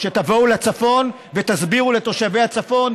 שתבואו לצפון להסביר לתושבי הצפון,